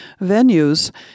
venues